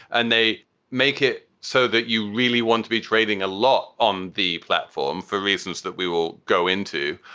and they make it so that you really want to be trading a lot on the platform for reasons that we will go into.